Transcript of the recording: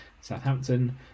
Southampton